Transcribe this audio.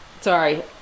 Sorry